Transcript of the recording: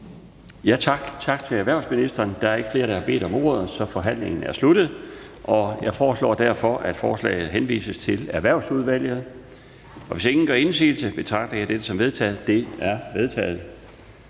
Der er ingen korte bemærkninger. Der er ikke flere, der har bedt om ordet, så forhandlingen er sluttet. Jeg foreslår, at lovforslaget henvises til Erhvervsudvalget. Hvis ingen gør indsigelse, betragter jeg dette som vedtaget. Det er vedtaget.